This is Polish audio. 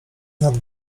nad